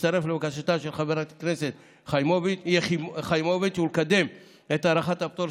להצטרף לבקשתה של חברת הכנסת חיימוביץ' ולקדם את הארכת הפטור,